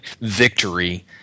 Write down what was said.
victory